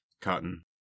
Cotton